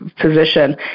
position